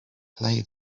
play